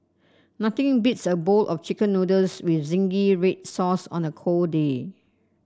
nothing beats a bowl of chicken noodles with zingy red sauce on a cold day